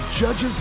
judges